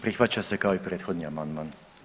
Prihvaća se kao i prethodni amandman.